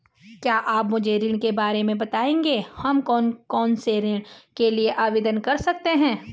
क्या आप मुझे ऋण के बारे में बताएँगे हम कौन कौनसे ऋण के लिए आवेदन कर सकते हैं?